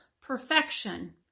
perfection